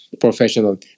professional